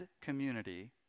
community